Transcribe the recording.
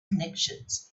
connections